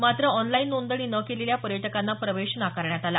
मात्र ऑनलाईन नोंदणी न केलेल्या पर्यटकांना प्रवेश नाकारण्यात आला